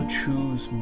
choose